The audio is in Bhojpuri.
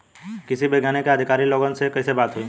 कृषि वैज्ञानिक या अधिकारी लोगन से कैसे बात होई?